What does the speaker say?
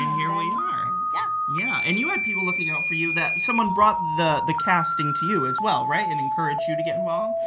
here we are. yeah yeah, and you had people looking out for you that someone brought the the casting to you, as well right? and encouraged you to get involved?